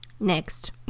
next